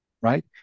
right